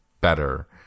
better